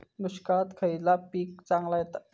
दुष्काळात खयला पीक चांगला येता?